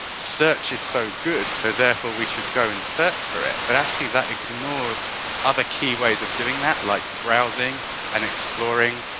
search is so good so therefore we should go and search for it, but actually that ignores other key ways of doing that like browsing and exploring.